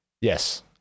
Yes